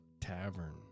Tavern